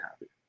happy